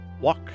Walk